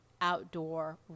outdoor